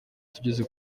tugeze